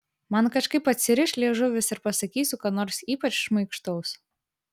man kažkaip atsiriš liežuvis ir pasakysiu ką nors ypač šmaikštaus